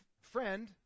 friend